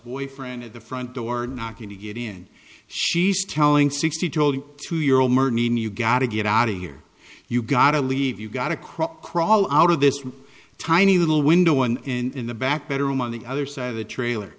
boyfriend at the front door knocking to get in she's telling sixty told two year old murder you gotta get outta here you gotta leave you've got a crop crawl out of this tiny little window one in the back bedroom on the other side of the trailer